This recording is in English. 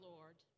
Lord